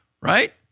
right